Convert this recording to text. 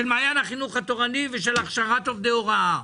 של מעיין החינוך התורני ושל הכשרת עובדי הוראה.